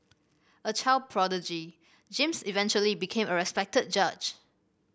a child prodigy James eventually became a respected judge